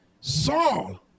Saul